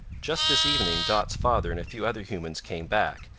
just this evening dot's father and a few other humans came back,